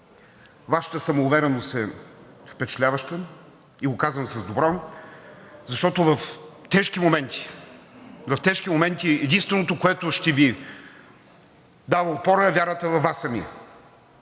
Вашата самоувереност е впечатляваща – и го казвам с добро, защото в тежки моменти единственото, което ще Ви дава опора, е вярата във Вас самите.